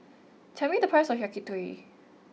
tell me the price of Yakitori